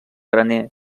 graner